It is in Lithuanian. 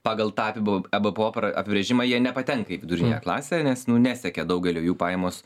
pagal ta epb ebpo pra apibrėžimą jie nepatenka į viduriniąją klasę nes nu nesiekia daugelio jų pajamos